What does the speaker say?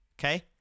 Okay